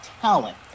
talent